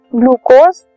glucose